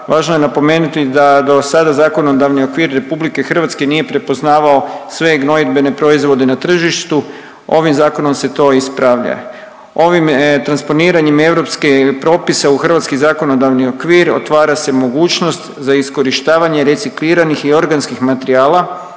Važno je napomenuti da do sada zakonodavni okvir Republike Hrvatske nije prepoznavao sve gnojidbene proizvode na tržištu. Ovim zakonom se to ispravlja. Ovim transponiranjem europskih propisa u hrvatski zakonodavni okvir otvara se mogućnost za iskorištavanje recikliranih i organskih materijala